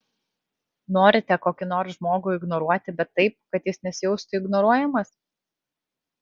norite kokį nors žmogų ignoruoti bet taip kad jis nesijaustų ignoruojamas